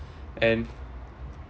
and